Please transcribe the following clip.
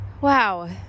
wow